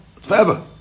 Forever